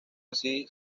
así